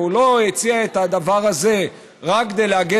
והוא לא הציע את הדבר הזה רק כדי להגן